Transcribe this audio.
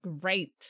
Great